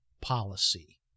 policy